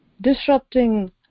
disrupting